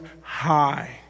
high